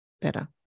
better